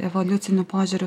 evoliuciniu požiūriu